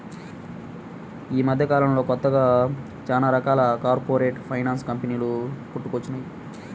యీ మద్దెకాలంలో కొత్తగా చానా రకాల కార్పొరేట్ ఫైనాన్స్ కంపెనీలు పుట్టుకొచ్చినియ్యి